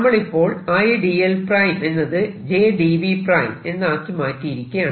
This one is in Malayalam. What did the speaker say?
നമ്മളിപ്പോൾ Idl′ എന്നത് jdV′ എന്നാക്കി മാറ്റിയിരിക്കയാണ്